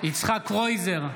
יצחק קרויזר,